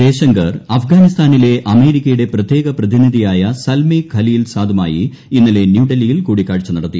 ജയശങ്കർ അഫ്ഗാനിസ്ഥാനിലെ അമേരിക്കയുടെ പ്രത്യേക പ്രതിനിധിയായ സൽമെ ഖലീൽ സാദുമായി ഇന്നലെ ന്യൂഡൽഹിയിൽ കൂടിക്കാഴ്ച നടത്തി